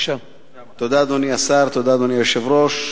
תודה, אדוני היושב-ראש.